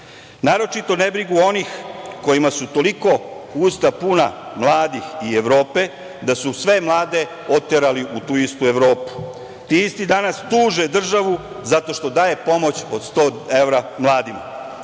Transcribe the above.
Naročito nebrigu onih kojima su toliko usta puna mladih i Evrope, da su sve mlade oterali u tu istu Evropu. Ti isti danas tuže državu zato što daje pomoć od 100 evra mladima.